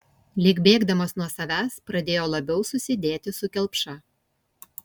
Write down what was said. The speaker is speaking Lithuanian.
lyg bėgdamas nuo savęs pradėjo labiau susidėti su kelpša